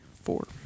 Four